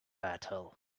battle